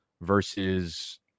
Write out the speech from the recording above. versus